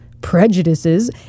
prejudices